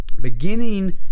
Beginning